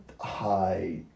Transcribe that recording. high